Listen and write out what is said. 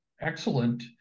excellent